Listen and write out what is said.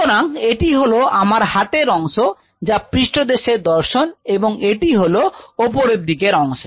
সুতরাং এটি হলো আমার হাতের অংশ যা পৃষ্ঠদেশের দর্শন এবং এটি হলো উপরের দিকের অংশ